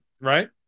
right